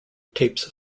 tapes